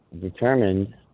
determined